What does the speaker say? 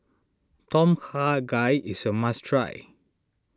Tom Kha Gai is a must try